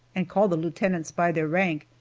and call the lieutenants by their rank,